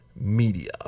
media